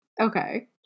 Okay